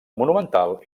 monumental